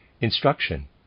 Instruction